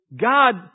God